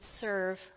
serve